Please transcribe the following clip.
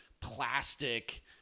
plastic